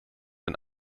ein